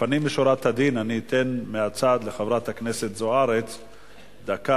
לפנים משורת הדין אני אתן מהצד לחברת הכנסת זוארץ דקה,